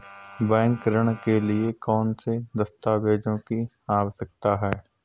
Bank ऋण के लिए कौन से दस्तावेजों की आवश्यकता है?